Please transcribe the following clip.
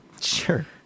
Sure